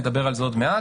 נדבר על זה עוד מעט.